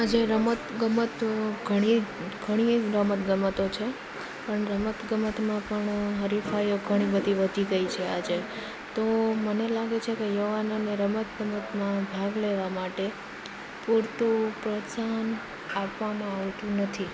આજે રમત ગમત ઘણી ઘણી જ રમત ગમતો છે પણ રમતગમતમાં પણ હરિફાઇઓ ઘણી બધી વધી ગઈ છે આજે તો મને લાગે છે કે યુવાનોને રમતગમતમાં ભાગ લેવા માટે પૂરતું પ્રોત્સાહન આપવામાં આવતું નથી